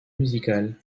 musical